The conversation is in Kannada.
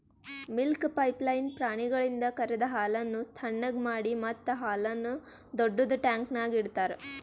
ಮಿಲ್ಕ್ ಪೈಪ್ಲೈನ್ ಪ್ರಾಣಿಗಳಿಂದ ಕರೆದ ಹಾಲನ್ನು ಥಣ್ಣಗ್ ಮಾಡಿ ಮತ್ತ ಹಾಲನ್ನು ದೊಡ್ಡುದ ಟ್ಯಾಂಕ್ನ್ಯಾಗ್ ಇಡ್ತಾರ